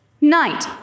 Night